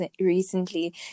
recently